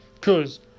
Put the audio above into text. Cause